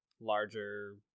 larger